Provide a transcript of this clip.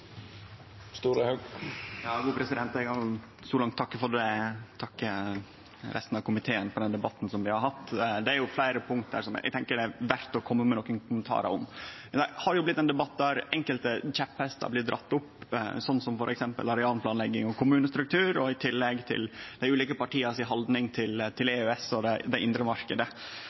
så langt takke resten av komiteen for den debatten vi har hatt. Det er fleire punkt eg tenkjer det er verdt å kome med nokre kommentarar om. Det har blitt ein debatt der enkelte kjepphestar blir dregne opp, slik som f.eks. arealplanlegging og kommunestruktur i tillegg til dei ulike partias haldningar til EØS og den indre marknaden. Når vi debatterer EØS og dei forslaga som er komne på bordet i EU, er dette eit regelverk det